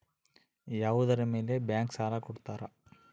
ಯಾವುದರ ಮೇಲೆ ಬ್ಯಾಂಕ್ ಸಾಲ ಕೊಡ್ತಾರ?